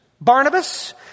Barnabas